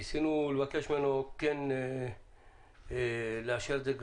ניסינו לבקש ממנו כן לאשר את זה,